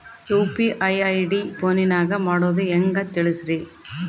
UPI ID ಫೋನಿನಾಗ ಮಾಡೋದು ಹೆಂಗ ತಿಳಿಸ್ರಿ?